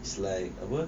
is like apa